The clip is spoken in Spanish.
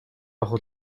bajo